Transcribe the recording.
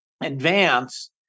advance